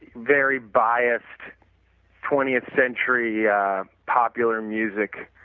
very biased twentieth century yeah popular music